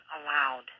allowed